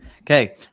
okay